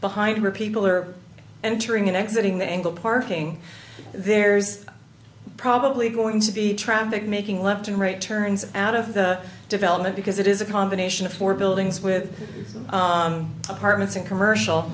behind where people are entering and exiting the angle parking there's probably going to be traffic making left and right turns out of the development because it is a combination of four buildings with apartments and commercial